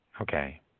Okay